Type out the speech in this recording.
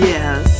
Yes